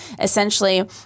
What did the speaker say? essentially